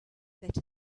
that